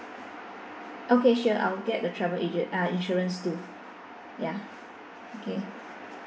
okay sure I will get the travel agen~ ah insurance too ya okay